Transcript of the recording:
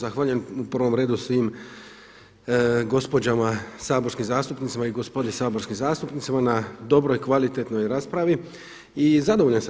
Zahvaljujem u prvom redu svim gospođama, saborskim zastupnicama i gospodi saborskim zastupnicima na dobroj, kvalitetnoj raspravi i zadovoljan sam.